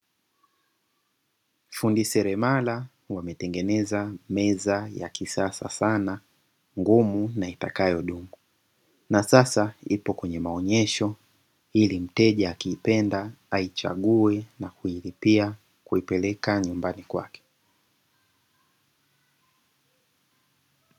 Fundi seremala wametengeneza meza ya kisasa sana, ngumu na itakayodumu. Na sasa ipo kwenye maonyesho ili mteja akiipenda aichague na kuilipia na kuipeleka nyumba kwake.